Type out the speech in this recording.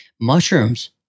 Mushrooms